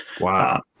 Wow